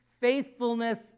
faithfulness